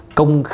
công